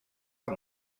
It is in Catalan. amb